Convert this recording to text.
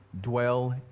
dwell